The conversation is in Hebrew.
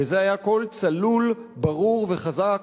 וזה היה קול צלול, ברור וחזק,